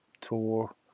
tour